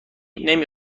نمی